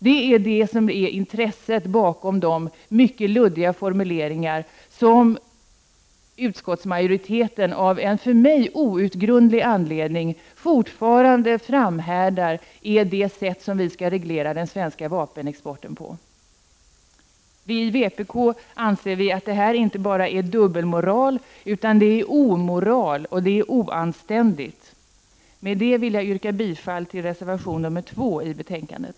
Detta är det intresse som ligger bakom de mycket luddiga formuleringar som utskottsmajoriteten av någon för mig outgrundlig anledning framhärdar med att hävda är det sätt på vilket den svenska vapenexporten skall regleras. Vi i vpk anser att detta inte bara är dubbelmoral utan omoral och att det är oanständigt. Med detta vill jag yrka bifall till reservation 2 i betänkandet.